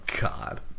God